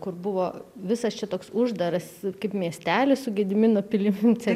kur buvo visas čia toks uždaras kaip miestelis su gedimino pilim